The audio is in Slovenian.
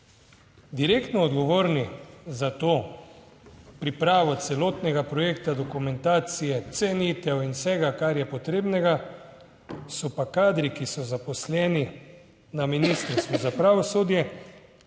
direktno odgovorni za to pripravo celotnega projekta dokumentacije, cenitev in vsega, kar je potrebnega, so pa kadri, ki so zaposleni na Ministrstvu za pravosodje.